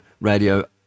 radio